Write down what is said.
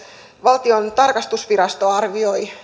valtion tarkastusvirasto arvioi